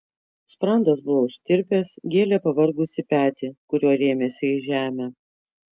sprandas buvo užtirpęs gėlė pavargusį petį kuriuo rėmėsi į žemę